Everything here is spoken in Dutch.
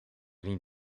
riem